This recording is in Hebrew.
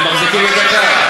הם מחזיקים את הקו.